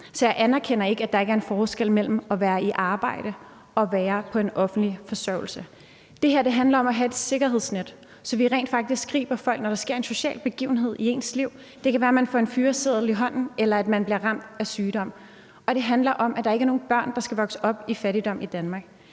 Så jeg anerkender ikke, at der ikke er en forskel mellem at være i arbejde og være på en offentlig forsørgelse. Det her handler om at have et sikkerhedsnet, så vi rent faktisk griber folk, når der sker en social begivenhed i deres liv. Det kan være, at man får en fyreseddel i hånden, eller at man bliver ramt af sygdom. Og det handler om, at der ikke er nogen børn, der skal vokse op i fattigdom i Danmark.